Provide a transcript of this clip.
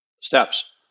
steps